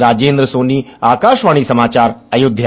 राजेन्द्र सोनी आकाशवाणी समाचार अयोध्या